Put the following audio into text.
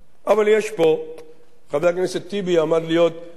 חבר הכנסת טיבי עמד להיות אחד הדוברים.